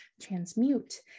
transmute